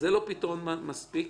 זה לא פתרון מספיק.